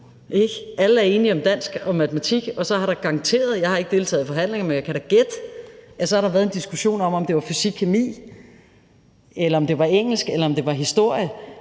Alle er enige om dansk og matematik, og så har der garanteret – jeg har ikke deltaget i forhandlingerne, men jeg kan da gætte – været en diskussion om, om det var fysik og kemi, eller om det var engelsk, eller om det var historie.